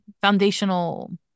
foundational